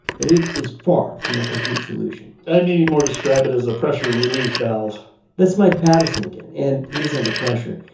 but it is far from a complete solution i'd maybe more describe it as a pressure relief valve that's mike patterson again, and he is under pressure.